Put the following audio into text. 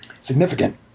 significant